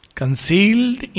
concealed